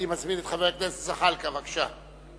אני מזמין את חבר הכנסת זחאלקה, בבקשה.